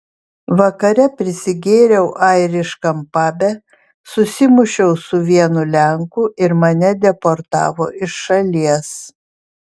vakare prisigėriau airiškam pabe susimušiau su vienu lenku ir mane deportavo iš šalies